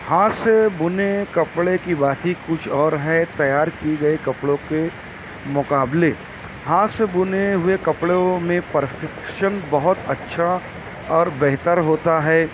ہاتھ سے بنے کپڑوں کی بات ہی کچھ اور ہے تیار کی گئے کپڑو کے مقابلے ہاتھ سے بنے ہوئے کپڑوں میں پرفیکشن بہت اچھا اور بہتر ہوتا ہے